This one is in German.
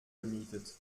gemietet